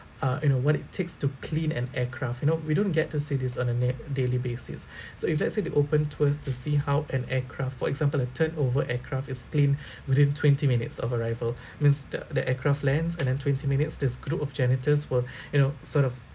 uh you know what it takes to clean an aircraft you know we don't get to see this on a na~ daily basis so if let's say they open tours to see how an aircraft for example a turnover aircraft is cleaned within twenty minutes of arrival means the the aircraft lands and then twenty minutes this group of janitors will you know sort of